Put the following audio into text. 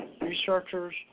Researchers